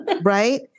right